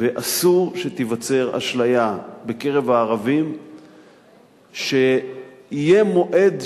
ואסור שתיווצר אשליה בקרב הערבים שיהיה מועד שבו,